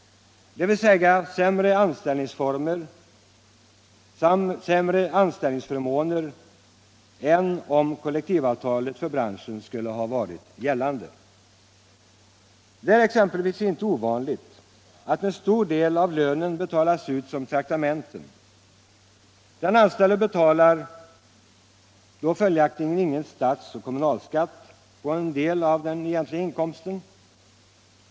Det betyder sämre anställningsförmåner än om kollektivavtalet för branschen skulle ha varit gällande. Det är exempelvis inte ovanligt att en stor del av lönen betalas ut som traktamenten. Den anställde betalar då följaktligen ingen statsoch kommunalskatt på en del av den egentliga inkomsten.